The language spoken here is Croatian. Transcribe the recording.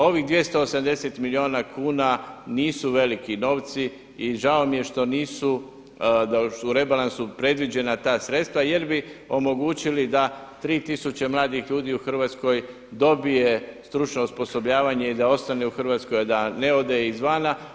Ovih 280 milijuna kuna nisu veliki novci i žao mi je što nisu u rebalansu predviđena ta sredstva jer bi omogućili da tri tisuće mladih ljudi u Hrvatskoj dobije stručno osposobljavanje i da ostane u Hrvatskoj da ne ode izvana.